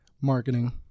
marketing